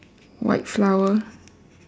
white flower